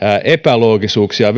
epäloogisuuksia